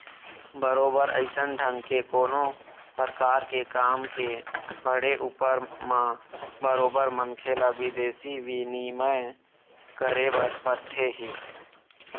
बरोबर अइसन ढंग के कोनो परकार के काम के पड़े ऊपर म बरोबर मनखे ल बिदेशी बिनिमय करे बर परथे ही